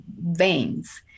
veins